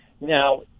Now